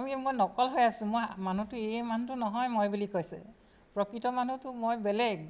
আমি মই নকল হৈ আছোঁ মই মানুহটো এই মানুহটো নহয় মই বুলি কৈছে প্ৰকৃত মানুহটো মই বেলেগ